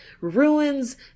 ruins